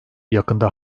yakında